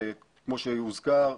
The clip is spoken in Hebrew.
כמו שהוזכר,